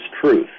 truth